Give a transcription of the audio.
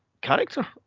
character